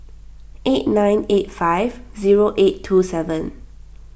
eight nine eight five zero eight two seven